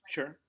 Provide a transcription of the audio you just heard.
Sure